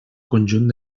conjunt